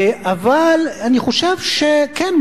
אבל אני חושב שכן,